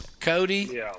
Cody